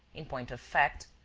in point of fact,